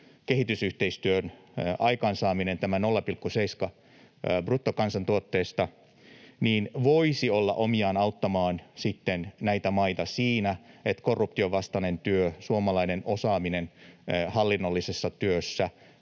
kehitysyhteistyön aikaansaamisen, tämän 0,7 bruttokansantuotteesta, voisi olla omiaan auttamaan sitten näitä maita siinä, että korruption vastaista työtä, suomalaista osaamista hallinnollisessa työssä,